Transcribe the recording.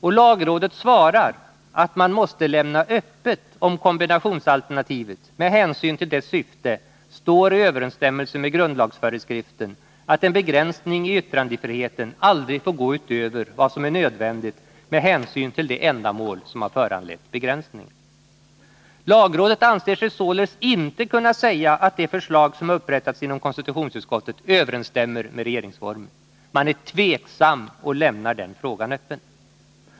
Och lagrådet svarar att man måste lämna öppet, om kombinationsalternativet med hänsyn till dess syfte står i överensstämmelse med grundlagsföreskriften att en begränsning i yttrandefriheten aldrig får gå utöver vad som är nödvändigt med hänsyn till det ändamål som föranlett begränsningen. Lagrådet anser sig således inte kunna säga att det förslag som upprättats inom konstitutionsutskottet överenstämmer med regeringsformen. Man är tveksam och lämnar den frågan öppen.